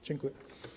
Dziękuję.